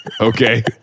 Okay